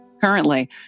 Currently